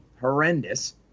horrendous